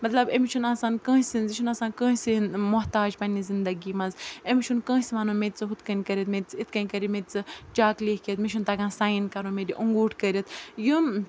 مطلب أمِس چھُنہٕ آسان کٲنٛسہِ ہِنٛز یہِ چھُنہٕ آسان کٲنٛسہِ محتاج پنٛنہِ زندگی منٛز أمِس چھُنہٕ کٲنٛسہِ وَنُن مےٚ دِ ژٕ ہُتھ کنۍ کٔرِتھ مےٚ دِ ژٕ اِتھ کٔرِتھ کنۍ مےٚ دِ ژٕ چَک لیٖکھِتھ مےٚ چھُنہٕ تگان ساین کَرُن مےٚ دِ اَنگوٗٹھ کٔرِتھ یِم